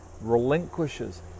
relinquishes